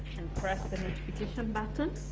and press the notification button